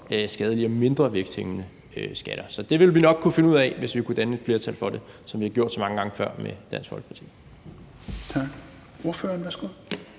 skadelige og mindre væksthæmmende skatter. Så det vil vi nok kunne finde ud af, hvis vi kunne danne et flertal for det, som vi har gjort så mange gange før med Dansk Folkeparti.